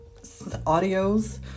audios